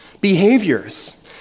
Behaviors